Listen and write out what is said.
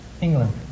England